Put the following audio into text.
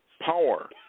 power